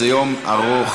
זה יום ארוך,